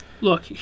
Look